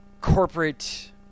corporate